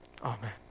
Amen